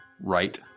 right